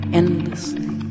endlessly